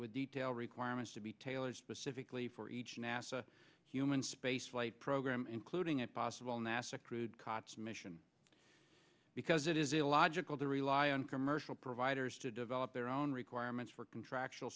with detail requirements to be tailored specifically for each nasa human spaceflight program including a possible nasa crude cots mission because it is illogical to rely on commercial providers to develop their own requirements for contractual